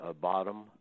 bottom